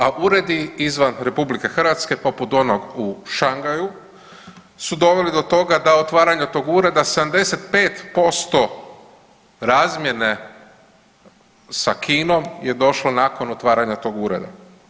A uredi izvan RH poput onog u Shanghaiu su doveli do toga da od otvaranja tog ureda 75% razmjene sa Kinom je došlo nakon otvaranja tog ureda.